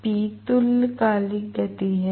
तो तुल्यकालिक गति है